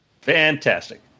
Fantastic